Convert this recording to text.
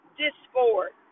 discord